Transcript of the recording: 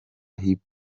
hip